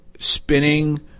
spinning